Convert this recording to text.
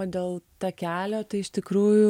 o dėl takelio tai iš tikrųjų